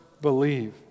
believe